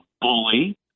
bully